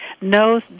no